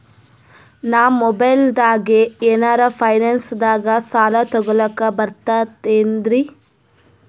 ನಾ ಮೊಬೈಲ್ದಾಗೆ ಏನರ ಫೈನಾನ್ಸದಾಗ ಸಾಲ ತೊಗೊಲಕ ಬರ್ತದೇನ್ರಿ?